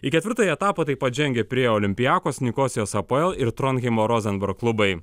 į ketvirtąjį etapą taip pat žengė pirėjo olympiakos nikosijos apoel ir trondheimo rosenborg klubai